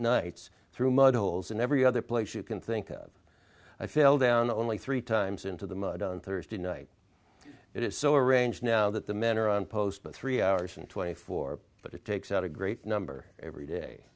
nights through mud holes and every other place you can think that i fell down only three times into the mud on thursday night it is so arranged now that the men are on post but three hours and twenty four but it takes out a great number every